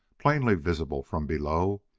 plainly visible from below,